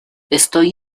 estoy